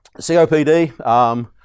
COPD